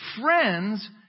friends